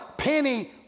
penny